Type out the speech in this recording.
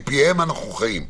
מפיהם אנחנו חיים.